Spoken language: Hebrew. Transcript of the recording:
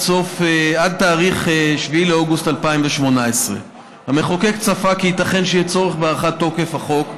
עד 7 באוגוסט 2018. המחוקק צפה כי ייתכן שיהיה צורך בהארכת תוקף החוק,